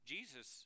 Jesus